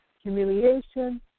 humiliation